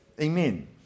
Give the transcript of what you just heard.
Amen